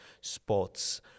sports